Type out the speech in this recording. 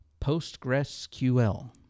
PostgreSQL